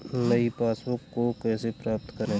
नई पासबुक को कैसे प्राप्त करें?